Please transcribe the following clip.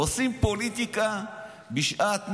עושים פוליטיקה בשעת מלחמה.